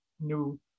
new